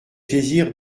plaisir